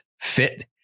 fit